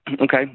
Okay